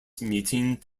meeting